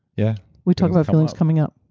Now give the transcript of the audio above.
yeah we talked about feelings coming up,